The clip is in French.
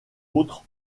autres